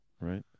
Right